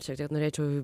šiek tiek norėčiau